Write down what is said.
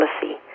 policy